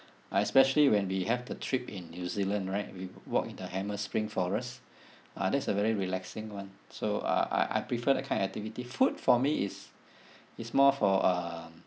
uh especially when we have the trip in new zealand right we walk in the hanmer spring forest ah that's a very relaxing one so I I I prefer that kind activity food for me is is more for um